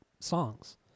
songs